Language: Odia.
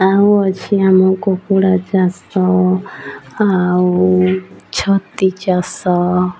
ଆଉ ଅଛି ଆମ କୁକୁଡ଼ା ଚାଷ ଆଉ ଛତୁ ଚାଷ